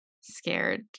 scared